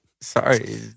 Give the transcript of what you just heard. sorry